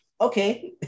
okay